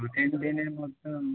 দু তিন দিনের মতোন